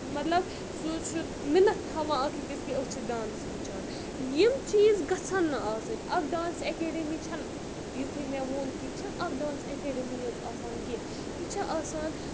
مطلب سُہ چھُ مِنتھ تھاوان اَکھ أکِس کہِ أسۍ چھِ ڈانٕس ہیٚچھان یِم چیٖز گژھن نہٕ آسٕنۍ اکھ ڈانس ایٚکیڈمی چھےٚ نہٕ یِتھُے مےٚ ووٚن کہِ یہِ چھےٚ اکھ ڈانٕس ایکیڈمی یٲژ آسان کینٛہہ یہِ چھِ آسان